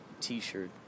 t-shirt